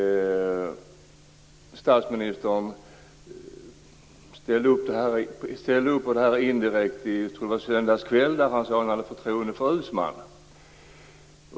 Statsministern ställde indirekt upp på detta när han, i söndags kväll tror jag att det var, sade att han har förtroende för Uusmann.